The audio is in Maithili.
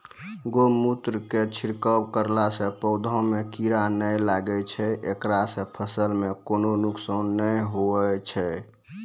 गोमुत्र के छिड़काव करला से पौधा मे कीड़ा नैय लागै छै ऐकरा से फसल मे कोनो नुकसान नैय होय छै?